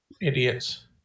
idiots